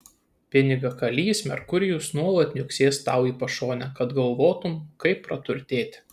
pinigakalys merkurijus nuolat niuksės tau į pašonę kad galvotum kaip praturtėti